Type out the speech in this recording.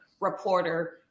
reporter